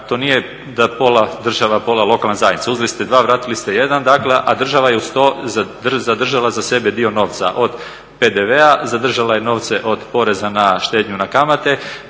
to nije da pola država, pola lokalna zajednica, uzeli ste dva, vratili ste jedan dakle, a država je uz to zadržala za sebe dio novca od PDV-a. Zadržala je novce od poreza na štednju na kamate,